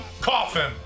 coffin